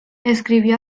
escribió